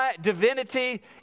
divinity